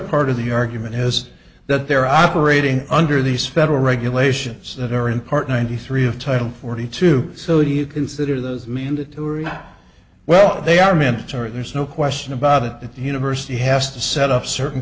part of the argument is that they're operating under these federal regulations that are important any three of title forty two so you consider the mandatory well they are minutes or there's no question about it the university has to set up certain